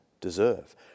deserve